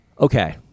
Okay